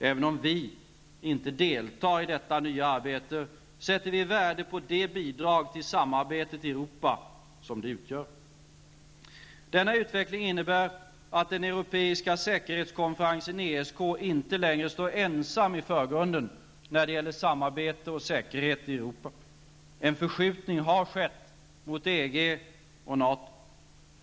Även om vi inte deltar i detta nya arbete, sätter vi värde på det bidrag till samarbetet i Europa som det utgör. Denna utveckling innebär att den europeiska säkerhetskonferensen, ESK, inte längre står ensam i förgrunden när det gäller samarbete och säkerhet i Europa. En förskjutning har skett mot EG och NATO.